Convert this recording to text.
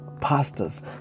pastors